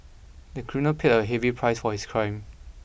the criminal paid a heavy price for his crime